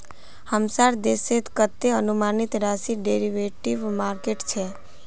हमसार देशत कतते अनुमानित राशिर डेरिवेटिव मार्केट छ